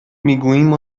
میگوییم